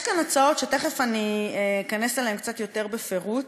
יש כאן הצעות, תכף אכנס אליהן קצת יותר בפירוט,